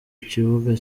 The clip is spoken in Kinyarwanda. kibuga